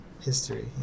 history